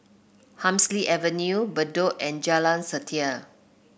Hemsley Avenue Bedok and Jalan Setia